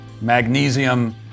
Magnesium